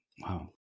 Wow